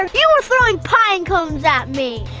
um you were throwing pine cones at me!